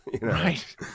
Right